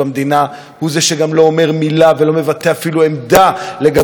והוא שגם לא אומר מילה ולא מבטא אפילו עמדה על האמירות שלך.